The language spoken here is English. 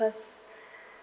cause